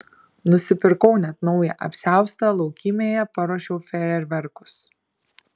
nusipirkau net naują apsiaustą laukymėje paruošiau fejerverkus